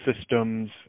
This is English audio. systems